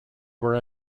were